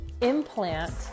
implant